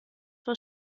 vor